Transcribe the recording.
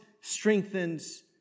strengthens